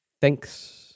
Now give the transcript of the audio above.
thanks